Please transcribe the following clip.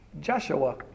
Joshua